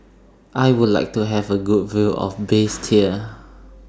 I Would like to Have A Good View of Basseterre